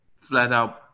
flat-out